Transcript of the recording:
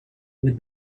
with